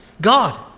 God